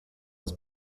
his